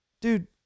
dude